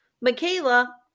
Michaela